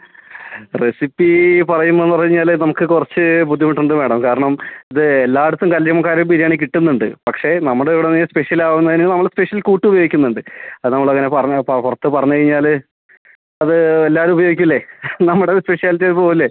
recipe പറയുമ്പോൾ എന്ന് പറഞ്ഞാൽ നമുക്ക് കുറച്ച് ബുദ്ധിമുട്ട് ഉണ്ട് മാഡം കാരണം ഇത് എല്ലായിടത്തും കല്ലുമക്ക ബിരിയാണി കിട്ടുന്നുണ്ട് പക്ഷേ നമ്മുടെ ഇവിടെ എന്ന് പറഞ്ഞാൽ സ്പെഷ്യൽ ആവുന്നതിനു നമ്മൾ സ്പെഷ്യൽ കൂട്ട് ഉപയോഗിക്കുന്നുണ്ട് അത് നമ്മൾ അങ്ങനെ പറഞ്ഞ് പുറത്ത് പറഞ്ഞ് കഴിഞ്ഞാൽ അത് എല്ലാവരും ഉപയോഗിക്കില്ലേ നമ്മുടെ സ്പെഷ്യാലിറ്റി അത് പോവില്ലേ